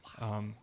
Wow